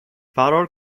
فرار